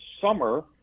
summer